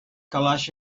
calaix